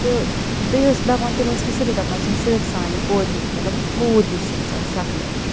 تہٕ بیٚیہِ ٲسۍ دَپان تِم ٲسۍ مےٚ صِرِف دَپان ژٕ چھکھ سانہِ کورِ ہٕنٛدۍ مطلب کوٗر ہِش چھکھ ژٕ اَسہِ شَکلہِ